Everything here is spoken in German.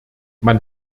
man